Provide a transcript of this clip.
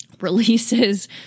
releases